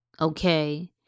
okay